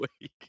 week